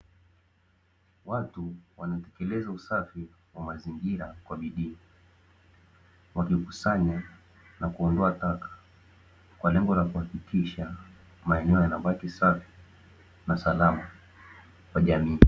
Watu wanatekeleza usafi wa mazingira kwa bidii, wa kikusanya na kuondoa taka, kwa lengo la kuhakikisha maeneo yanabaki safi na salama kwa jamii.